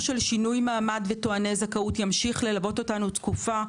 נושא שינוי מעמד וטועני זכאות ימשיך ללוות אותנו תקופה,